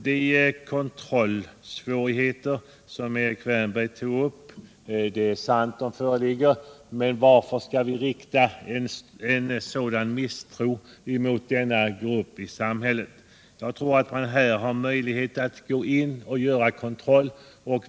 Det är riktigt att vissa kontrollsvårigheter som Erik Wärnberg tog upp kan föreligga. Men varför skall vi hysa en sådan misstro mot just denna grupp? Jag tror att det finns möjligheter att göra den erforderliga kontrollen.